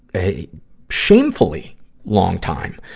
a shamefully long time.